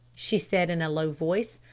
she said in a low voice,